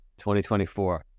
2024